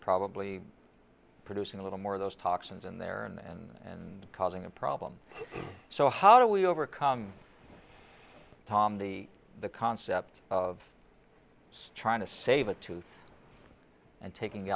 probably producing a little more of those toxins in there and causing a problem so how do we overcome tom the the concept of strong to save a tooth and taking